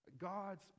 God's